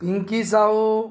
Pinki Sahu